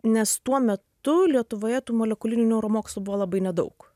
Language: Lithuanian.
nes tuo metu lietuvoje tų molekulinių neuromokslų buvo labai nedaug